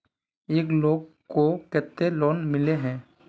एक लोग को केते लोन मिले है?